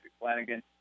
Flanagan